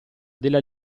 della